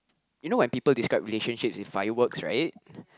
you know when people describe relationships with fireworks right